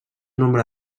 nombre